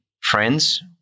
friends